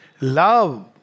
love